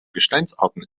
gesteinsarten